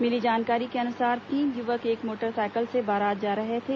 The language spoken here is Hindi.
मिली जानकारी के अनुसार तीन युवक एक मोटरसाइकिल से बारात जा रहे थे